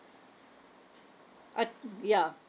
I ya